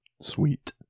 Sweet